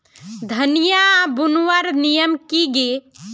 धनिया बूनवार नियम की गे?